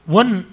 one